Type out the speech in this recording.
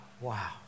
wow